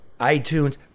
iTunes